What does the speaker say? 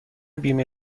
بیمه